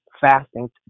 fasting